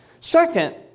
Second